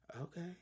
okay